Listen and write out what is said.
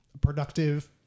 productive